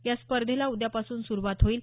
या स्पर्धेला उद्यापासून सुरुवात होईल